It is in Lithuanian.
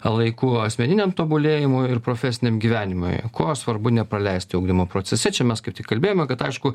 laiku asmeniniam tobulėjimui ir profesiniam gyvenimui ko svarbu nepraleisti ugdymo procese čia mes kaip tik kalbėjome kad aišku